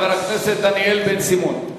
חבר הכנסת דניאל בן-סימון.